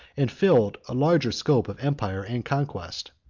and filled a larger scope of empire and conquest.